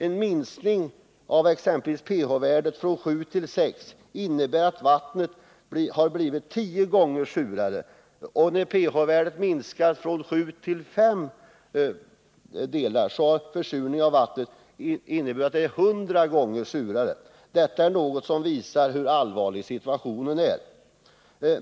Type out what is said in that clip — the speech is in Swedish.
En minskning av pH-värdet från 7 till 6 innebär att vattnet blir tio gånger surare. Om pH-värdet minskar från 7 till 5, blir försurningen av vattnet hundra gånger större. Detta om något visar hur allvarlig situationen är.